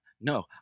No